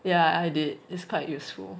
yeah I did it's quite useful